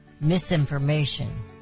misinformation